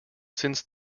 since